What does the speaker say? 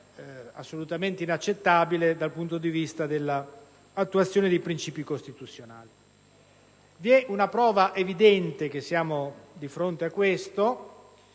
assolutamente inaccettabile dal punto di vista dell'attuazione dei principi costituzionali. La prova evidente di ciò è l'emendamento,